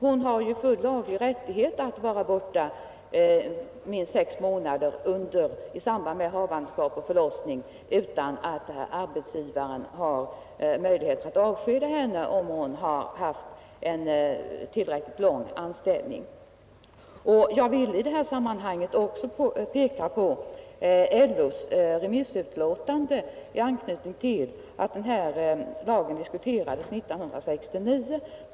Hon har ju laglig rättighet att vara borta under minst sex månader i samband med havandeskap och förlossning utan att arbetsgivaren har möjlighet att avskeda henne, om 157 hon har haft en tillräckligt lång anställning. Jag vill i det här sammanhanget också peka på LO:s remissutlåtande i anknytning till att den här lagen diskuterades 1969.